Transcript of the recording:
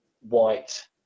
white